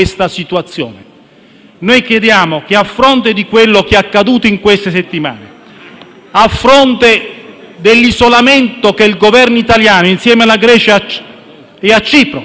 Noi chiediamo che si tenga conto di quello che è accaduto in queste settimane e dell'isolamento del Governo italiano, insieme alla Grecia e a Cipro. Certo Cipro,